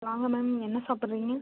வாங்க மேம் என்ன சாப்புடுறீங்க